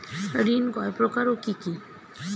ঋণ কয় প্রকার ও কি কি?